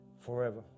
forever